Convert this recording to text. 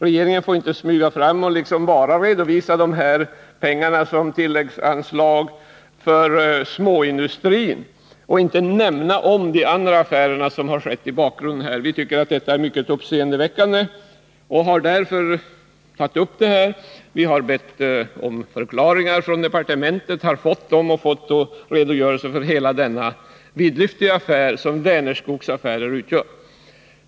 Regeringen får inte smyga fram och bara redovisa de här pengarna som tilläggsanslag för småindustri — och inte nämna de andra affärer som har skett i bakgrunden. Vi tycker att detta är mycket uppseendeväckande, och vi har därför tagit upp det. Vi har bett om förklaringar från departementet och fått dem. Vi har då fått en redogörelse för hela den vidlyftiga affär som Vänerskogsaffären utgör.